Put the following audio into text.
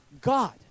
God